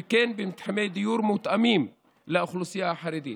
וכן במתחמי דיור מותאמים לאוכלוסייה החרדית,